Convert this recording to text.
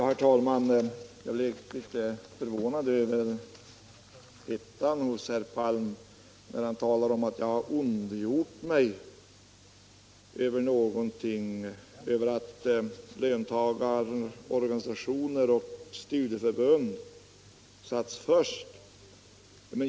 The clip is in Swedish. Herr talman! Jag blev litet förvånad över hettan hos herr Palm när han talade om att jag hade ondgjort mig över att löntagarorganisationer och studieförbund satts först.